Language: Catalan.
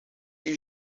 qui